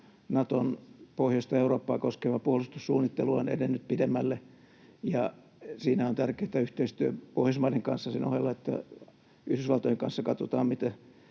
Naton pohjoista Eurooppaa koskeva puolustussuunnittelu on edennyt pidemmälle. Siinä on tärkeätä yhteistyö Pohjoismaiden kanssa sen ohella, että Yhdysvaltojen kanssa katsotaan,